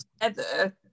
together